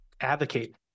advocate